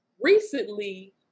recently